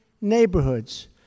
neighborhoods